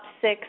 six